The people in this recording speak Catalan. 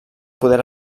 poder